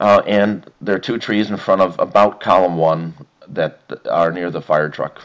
and there are two trees in front of about column one that are near the fire truck